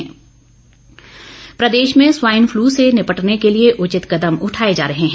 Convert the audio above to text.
swine flu प्रदेश में swine flu से निपटने के लिए उचित कदम उठाए जा रहे हैं